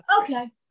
Okay